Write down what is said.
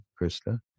krista